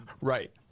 Right